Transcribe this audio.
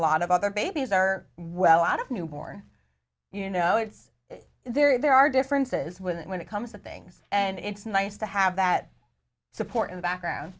lot of other babies are well out of newborn you know it's there are differences when it comes to things and it's nice to have that support in the background